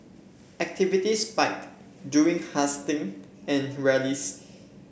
activity spiked during and rallies